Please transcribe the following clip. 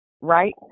right